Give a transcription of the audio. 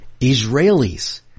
Israelis